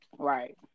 Right